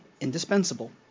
indispensable